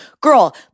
girl